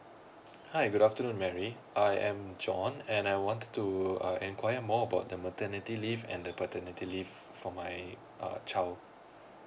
hi good afternoon Mary I am john and I wanted to uh enquire more bought the maternity leave and the paternity leave for my uh child